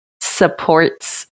supports